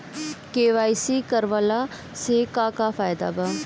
KYC करवला से का का फायदा बा?